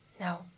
no